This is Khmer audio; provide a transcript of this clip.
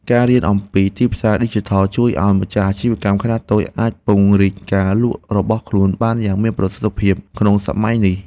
ការរៀនអំពីទីផ្សារឌីជីថលជួយឱ្យម្ចាស់អាជីវកម្មខ្នាតតូចអាចពង្រីកការលក់របស់ខ្លួនបានយ៉ាងមានប្រសិទ្ធភាពក្នុងសម័យនេះ។